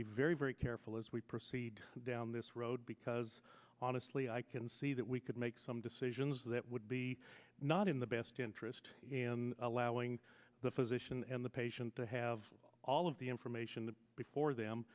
be very very careful as we proceed down this road because honestly i can see that we could make some decisions that would be not in the best interest in allowing the physician and the patient to have all of the information before them